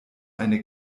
eine